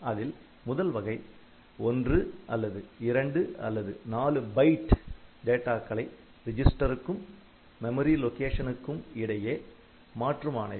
அதில் முதல் வகை 1 அ 2 அ 4 பைட் டேட்டாக்களை ரிஜிஸ்டருக்கும் மெமரி லொகேஷனுக்கும் இடையே மாற்றும் ஆணைகள்